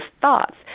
thoughts